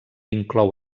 inclou